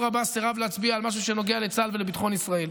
עבאס סירב להצביע על משהו שנוגע לצה"ל ולביטחון ישראל.